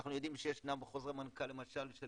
אנחנו יודעים שישנם חוזרי מנכ"ל למשל של